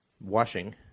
washing